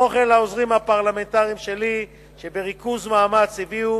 כמו כן לעוזרים הפרלמנטריים שלי שבריכוז מאמץ הביאו